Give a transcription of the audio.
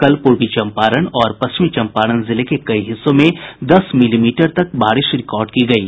कल पूर्वी चंपारण और पश्चिमी चंपारण जिले के कई हिस्सों में दस मिलीमीटर तक बारिश रिकॉर्ड की गयी